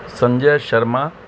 Sanjay Sharma